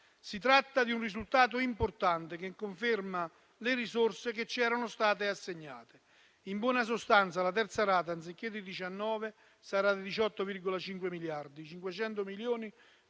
Si tratta di un risultato importante, che conferma le risorse che ci erano state assegnate. In buona sostanza, la terza rata, anziché di 19, sarà di 18,5 miliardi, ma i 500 milioni